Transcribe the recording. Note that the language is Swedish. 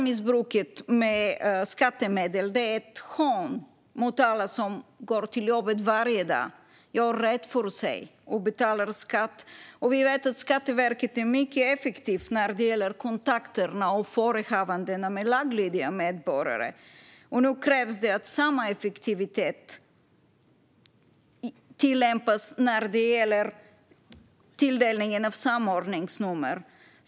Missbruket av skattemedel är ett hån mot alla som går till jobbet varje dag, gör rätt för sig och betalar skatt. Vi vet att Skatteverket är mycket effektivt när det gäller kontakterna och förehavandena med laglydiga medborgare. Nu krävs det att samma effektivitet tillämpas när det gäller tilldelningen av samordningsnummer.